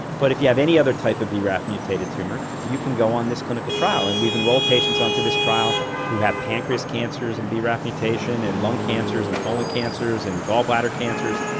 but if you have any other type of braf mutated tumour you can go on this clinical trial, and we've enrolled patients onto this trial who had pancreas cancers and braf mutation and lung cancers and colon cancers and gallbladder cancers,